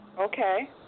Okay